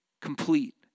complete